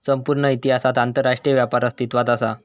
संपूर्ण इतिहासात आंतरराष्ट्रीय व्यापार अस्तित्वात असा